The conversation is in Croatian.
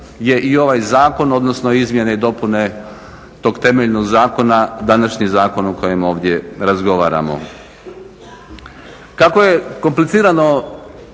je i ovaj zakon, odnosno izmjene i dopune tog temeljnog zakona današnji zakon o kojem ovdje razgovaramo. Kako je komplicirano